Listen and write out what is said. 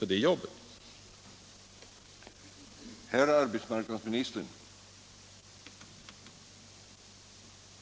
27 Om kvinnofrigörelsen